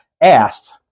asked